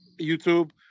YouTube